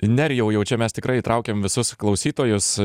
nerijau jau čia mes tikrai įtraukėm visus klausytojus